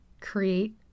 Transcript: create